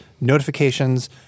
notifications